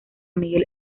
miguel